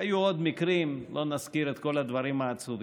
היו עוד מקרים, לא נזכיר את כל הדברים העצובים.